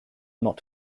not